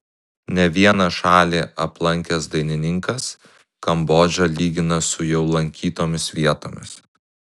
ne vieną šalį aplankęs dainininkas kambodžą lygina su jau lankytomis vietomis